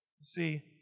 See